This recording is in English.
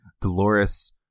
Dolores